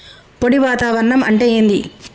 పొడి వాతావరణం అంటే ఏంది?